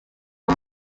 uwo